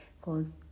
cause